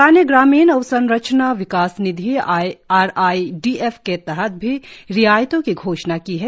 सरकार ने ग्रामीण अवसंरचना विकास निधि आर आई डी एफ के तहत भी रियायतों की घोषणा की है